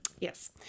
Yes